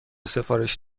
سفارش